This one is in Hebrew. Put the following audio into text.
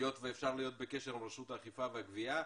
היות ואפשר להיות בקשר עם רשות האכיפה והגבייה,